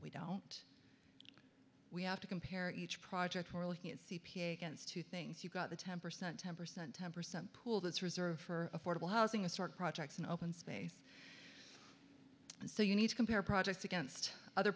we don't we have to compare each project we're looking at c p a against two things you've got the temper sent ten percent ten percent pool that's reserved for affordable housing a start projects and open space so you need to compare projects against other